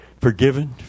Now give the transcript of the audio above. forgiven